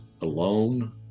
alone